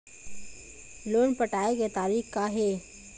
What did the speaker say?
Loan पटाए के तारीख़ का हे?